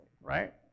Right